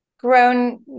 grown